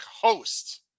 host